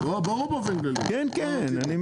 ברור באופן כללי מה רציתם?